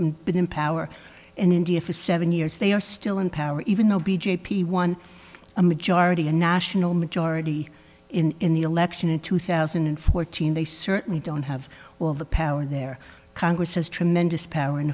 has been in power in india for seven years they are still in power even though b j p one a majority a national majority in the election in two thousand and fourteen they certainly don't have well the power there congress has tremendous power and